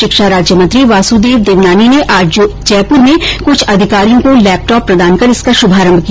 षिक्षा राज्य मंत्री वासुदेव देवनानी ने आज जयपुर में कुछ अधिकारियों को लैपटॉप प्रदान कर इसका शुभारंभ किया